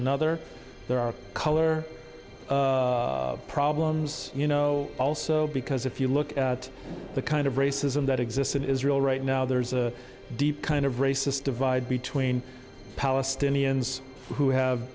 another there are color problems you know also because if you look at the kind of racism that exists in israel right now there's a deep kind of racist divide between palestinians who have